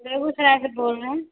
बेगूसराय से बोल रहे हैं